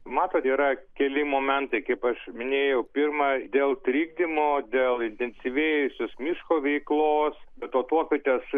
matot yra keli momentai kaip aš minėjau pirma dėl trikdymo dėl suintensyvėjusios miško veiklos be to tuokvietės